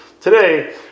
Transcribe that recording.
Today